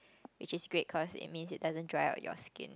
which is great cause it means it doesn't dry out your skin